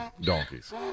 Donkeys